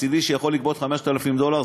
מצדי הוא יכול לגבות 5,000 דולר,